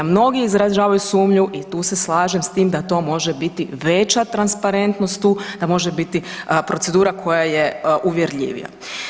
Mnogi izražavaju sumnju i tu se slažem s tim da to može biti veća transparentnost tu, da može biti procedura koja je uvjerljivija.